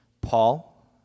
Paul